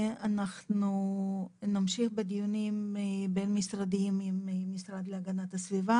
אנחנו נמשיך בדיונים בין-משרדיים עם המשרד להגנת הסביבה,